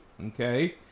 Okay